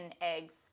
eggs